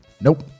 Nope